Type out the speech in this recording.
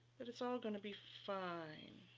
that it's all going to be fine.